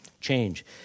change